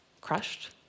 Crushed